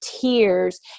tears